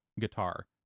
Guitar